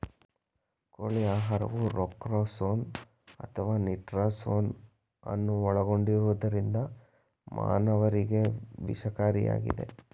ಕೋಳಿ ಆಹಾರವು ರೊಕ್ಸಾರ್ಸೋನ್ ಅಥವಾ ನಿಟಾರ್ಸೋನ್ ಅನ್ನು ಒಳಗೊಂಡಿರುವುದರಿಂದ ಮಾನವರಿಗೆ ವಿಷಕಾರಿಯಾಗಿದೆ